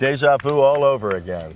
days up well over again